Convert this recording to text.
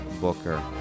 Booker